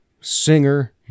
singer